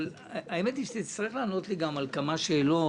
אבל תצטרך לענות לי גם על כמה שאלות.